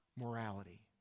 morality